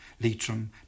Leitrim